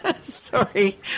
Sorry